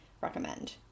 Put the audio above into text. recommend